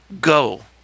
go